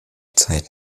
zeit